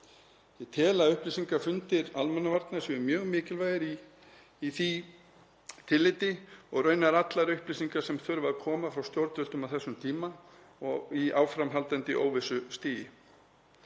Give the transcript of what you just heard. Ég tel að upplýsingafundir almannavarna séu mjög mikilvægir í því tilliti og raunar allar upplýsingar sem þurfa að koma frá stjórnvöldum á þessum tíma og á áframhaldandi óvissustigi.